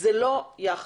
זה לא יכטות.